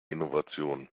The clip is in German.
innovation